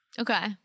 Okay